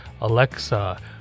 Alexa